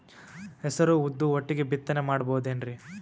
ಹೆಸರು ಉದ್ದು ಒಟ್ಟಿಗೆ ಬಿತ್ತನೆ ಮಾಡಬೋದೇನ್ರಿ?